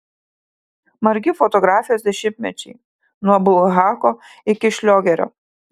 margi fotografijos dešimtmečiai nuo bulhako iki šliogerio